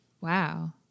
wow